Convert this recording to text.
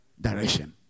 direction